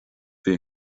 bhí